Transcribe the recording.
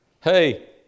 Hey